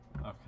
Okay